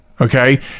okay